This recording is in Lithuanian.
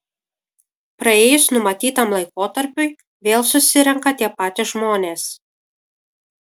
praėjus numatytam laikotarpiui vėl susirenka tie patys žmonės